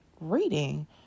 reading